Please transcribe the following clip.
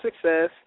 success